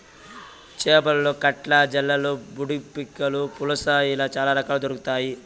చేపలలో కట్ల, జల్లలు, బుడ్డపక్కిలు, పులస ఇలా చాల రకాలు దొరకుతాయి